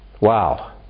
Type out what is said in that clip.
Wow